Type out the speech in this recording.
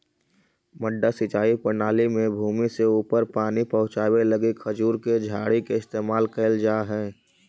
मड्डा सिंचाई प्रणाली में भूमि से ऊपर पानी पहुँचावे लगी खजूर के झाड़ी के इस्तेमाल कैल जा हइ